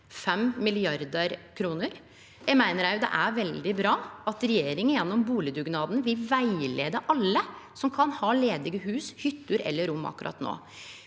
5 mrd. kr. Eg meiner òg det er veldig bra at regjeringa gjennom bustaddugnaden vil rettleie alle som kan ha ledige hus, hytter eller rom akkurat no.